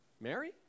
Mary